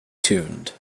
tuned